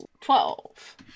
twelve